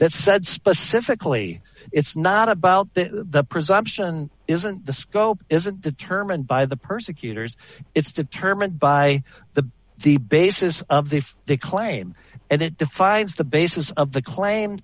that said specifically it's not about the presumption isn't the scope isn't determined by the persecutors it's determined by the the basis of the they claim and it defines the basis of the claim